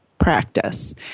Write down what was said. practice